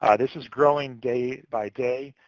ah this is growing day by day.